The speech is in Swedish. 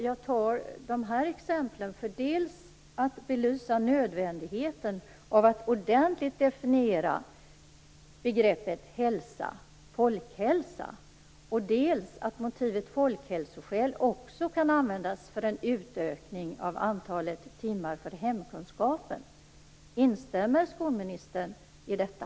Jag tar dessa exempel dels för att belysa nödvändigheten av att ordentligt definiera begreppet folkhälsa, dels för att motivet "folkhälsoskäl" också kan användas för en utökning av antalet timmar för hemkunskapen. Instämmer skolministern i detta?